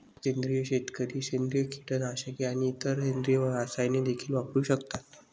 सेंद्रिय शेतकरी सेंद्रिय कीटकनाशके आणि इतर सेंद्रिय रसायने देखील वापरू शकतात